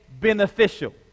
beneficial